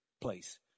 place